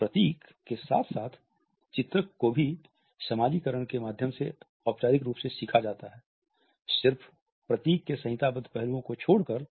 तो प्रतीक के साथ साथ चित्रक को भी समाजीकरण के माध्यम से औपचारिक रूप से सीखा जाता है शिर्फ़ प्रतीक के संहिताबद्ध पहलुओं को छोड़कर